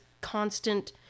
constant